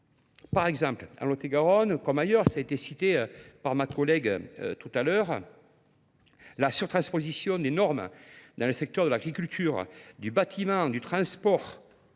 Par exemple, en Lotte-Garonne, comme ailleurs, ça a été cité par ma collègue tout à l'heure, la sur-transposition des normes dans le secteur de l'agriculture, du bâtiment, du transport,